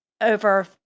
over